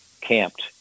camped